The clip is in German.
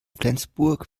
flensburg